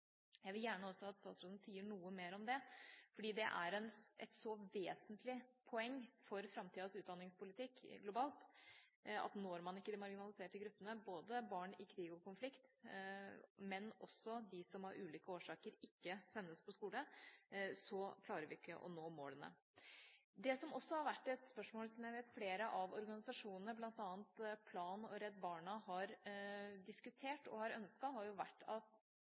Jeg vil gjerne at statsråden sier noe mer om det, fordi det er et så vesentlig poeng for framtidas utdanningspolitikk globalt. Når man ikke de marginaliserte gruppene, både barn i krig og konflikt og dem som av ulike årsaker ikke sendes på skole, klarer vi ikke å nå målene. Det som også har vært et spørsmål som jeg vet flere av organisasjonene, bl.a. Plan og Redd Barna, har diskutert og ønsket, har vært at utdanning – på linje med energi og miljø, helse og sosial – får en egen budsjettlinje, altså at